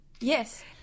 Yes